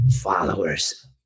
followers